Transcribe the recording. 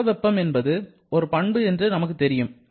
அக வெப்பம் என்பது ஒரு பண்பு என்று நமக்கு தெரியும்